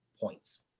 points